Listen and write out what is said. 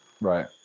Right